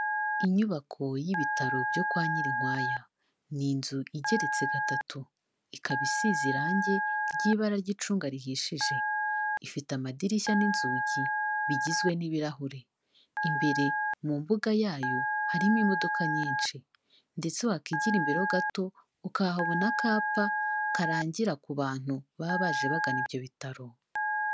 Inyubako y'ibitaro byo kwa Nyirinkwaya, ni inzu igeretse gatatu, ikaba isize irangi ry'ibara ry'icunga rihishije, ifite amadirishya n'inzugi bigizwe n'ibirahuri, imbere mu mbuga yayo harimo imodoka nyinshi, ndetse wakigira imbereho gato, ukahabona akapa karangira ku bantu baba baje bagana ibyo bitaro.